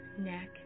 neck